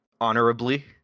honorably